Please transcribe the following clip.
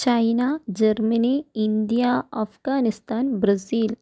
China Germany India Afghanistan Brazil